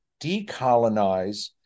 decolonize